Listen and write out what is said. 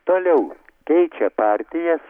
toliau keičia partijas